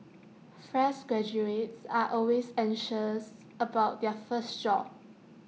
fresh graduates are always anxious about their first job